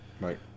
Right